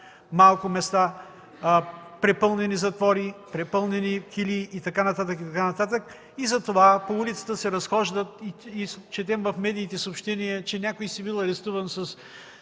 малко места – препълнени затвори, препълнени килии и така нататък, и така нататък. Затова по улиците се разхождат и четем в медиите съобщения, че някой си бил арестуван с